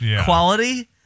quality